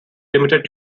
limited